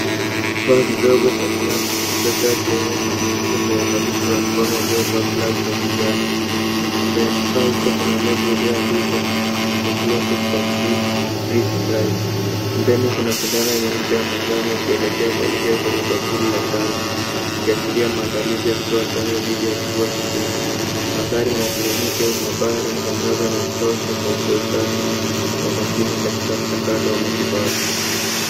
Kifaa kidogo cha glasi kilichojaa kiowevu kimeshikwa kwa uangalifu na mkono uliovaa glavu za kijani. Kwenye kifaa hicho kuna label iliyoandikwa tuberculosis vaccine(freeze dried) .Pembeni kuna sindano yenye ncha ya manjano ikielekea kuelekea kwenye bakuli la chanjo ikiashiria maandalizi ya kutoa chanjo dhidi ya kifua kikuu. Mandhari ni ya kliniki au maabara na mwangaza ni wa kutosha kuonyesha usafi na umakini katika mchakato wa matibabu.